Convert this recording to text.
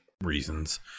reasons